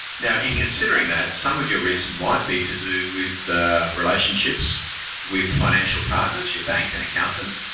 now, in considering that, some of your risks might be to do with relationships with financial partners, your bank and accountant.